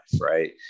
Right